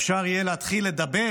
אפשר יהיה להתחיל לדבר